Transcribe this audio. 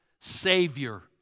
Savior